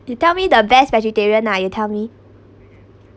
you tell me the best vegetarian ah you tell me